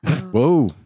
Whoa